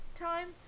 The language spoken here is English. time